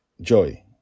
Joy